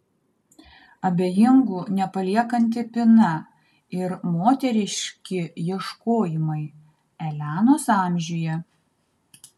abejingų nepaliekanti pina ir moteriški ieškojimai elenos amžiuje